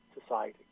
society